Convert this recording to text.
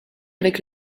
avec